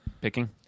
picking